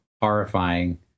horrifying